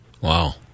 Wow